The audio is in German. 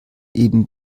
eben